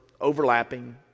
Overlapping